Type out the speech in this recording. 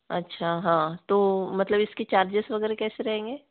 अच्छा हाँ तो मतलब इसके चार्जेस वगैरह कैसे रहेंगे